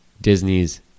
Disney's